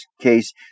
case